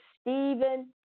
Stephen